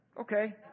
Okay